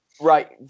Right